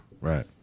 Right